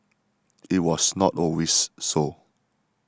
it was not always so